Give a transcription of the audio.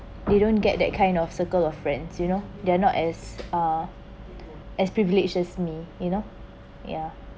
they don't get that kind of circle of friends you know they are not as uh as privileged as me you know ya